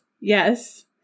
yes